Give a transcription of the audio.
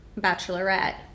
bachelorette